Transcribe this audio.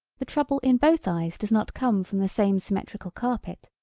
the trouble in both eyes does not come from the same symmetrical carpet,